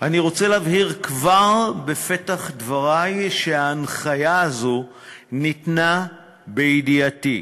אני רוצה להבהיר כבר בפתח דברי שההנחיה הזאת ניתנה בידיעתי,